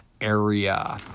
area